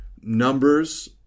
numbers